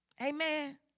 Amen